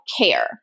care